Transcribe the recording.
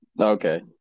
Okay